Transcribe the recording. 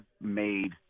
made